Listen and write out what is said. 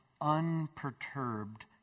unperturbed